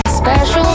special